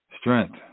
strength